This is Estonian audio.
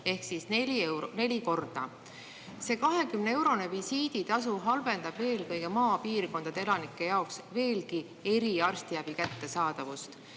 ehk siis neli korda. See 20-eurone visiiditasu halvendab eelkõige maapiirkondade elanike jaoks veelgi eriarstiabi kättesaadavust.